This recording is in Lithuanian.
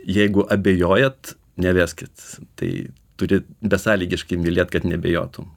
jeigu abejojat neveskit tai turi besąlygiškai mylėt kad neabejotum